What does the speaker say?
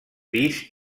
pis